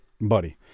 buddy